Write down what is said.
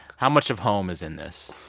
how much of home is in this?